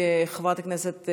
1978,